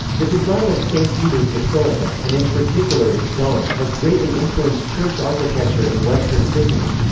the design of st. peter's basilica, and in particular its dome, has greatly influenced church architecture in western christendom.